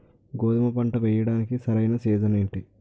గోధుమపంట వేయడానికి సరైన సీజన్ ఏంటి?